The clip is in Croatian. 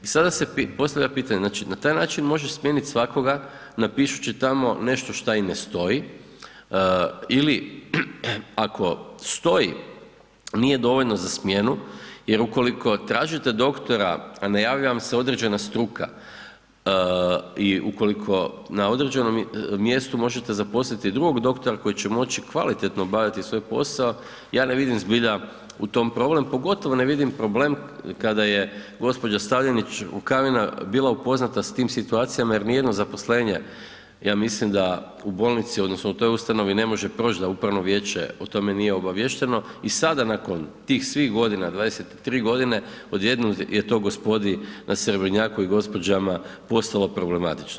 I sada se postavlja pitanje, znači na taj način možeš smijeniti svakoga napišući tamo nešto što i ne stoji ili ako stoji nije dovoljno za smjenu jer ukoliko tražite doktora, a ne javlja vam se određena struka i ukoliko na određenom mjestu možete zaposliti drugog doktora koji će moći kvalitetno obavljati svoj posao, ja ne vidim zbilja u tom problem, pogotovo ne vidim problem kada je g. Stavljenić Rukavina bila upoznata s tim situacijama jer nijedno zaposlenje ja mislim da u bolnici odnosno toj ustanovi ne može proći da upravno vijeće o tome nije obaviješteno i sada nakon tih svih godina, 23 godine, odjednom je to gospodi na Srebrnjaku i gospođama postalo problematično.